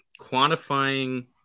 quantifying